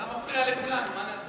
אתה מפריע לכולנו, מה נעשה?